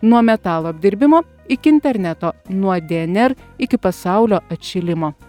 nuo metalo apdirbimo iki interneto nuo dnr iki pasaulio atšilimo